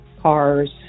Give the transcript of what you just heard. cars